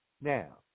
Now